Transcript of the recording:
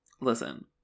listen